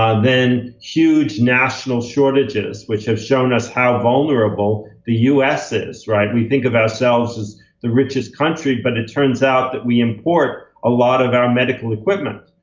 um then, huge national shortages, which have shown us how vulnerable the us us is, right? we think of ourselves as the richest country. but it turns out that we import a lot of our medical equipment.